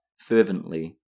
fervently